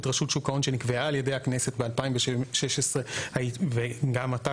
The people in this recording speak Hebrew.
רשות שוק ההון שנקבעה על ידי הכנסת ב-2016 וגם אתה,